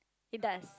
it does